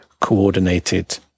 coordinated